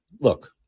Look